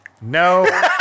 No